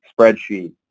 spreadsheet